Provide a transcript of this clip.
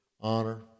honor